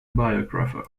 biographer